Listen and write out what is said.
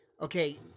okay